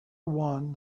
one